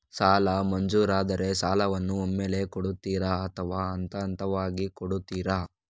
ಸಾಲ ಮಂಜೂರಾದರೆ ಸಾಲವನ್ನು ಒಮ್ಮೆಲೇ ಕೊಡುತ್ತೀರಾ ಅಥವಾ ಹಂತಹಂತವಾಗಿ ಕೊಡುತ್ತೀರಾ?